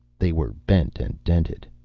they were bent and dented.